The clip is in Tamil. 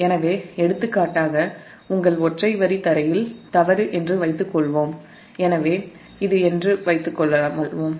எனவே எடுத்துக்காட்டாக உங்கள் ஒற்றை வரி க்ரவுன்ட்ல் ஃபால்ட் என்று வைத்துக்கொள்வோம்